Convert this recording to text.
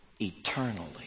eternally